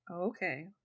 Okay